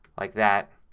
like that.